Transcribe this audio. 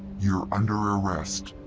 you're under arrest.